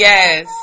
Yes